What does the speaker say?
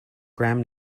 gram